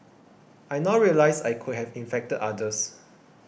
I now realise I could have infected others